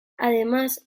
además